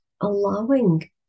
allowing